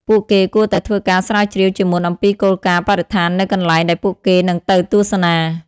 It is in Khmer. ពួកគេគួរតែធ្វើការស្រាវជ្រាវជាមុនអំពីគោលការណ៍បរិស្ថាននៅកន្លែងដែលពួកគេនឹងទៅទស្សនា។